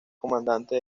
comandante